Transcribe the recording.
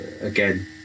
again